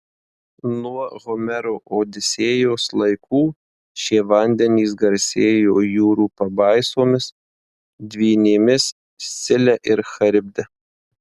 nuo homero odisėjos laikų šie vandenys garsėjo jūrų pabaisomis dvynėmis scile ir charibde